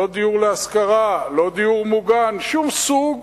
לא דיור להשכרה, לא דיור מוגן, שום סוג,